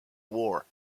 war